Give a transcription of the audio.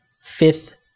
fifth